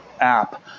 app